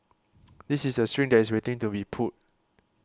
this is a string that is waiting to be pulled